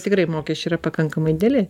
tikrai mokesčiai yra pakankamai dideli